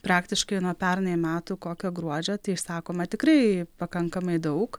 praktiškai nuo pernai metų kokio gruodžio tai išsakoma tikrai pakankamai daug